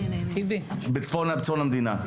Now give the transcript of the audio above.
בצפון המדינה.